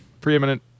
preeminent